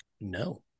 no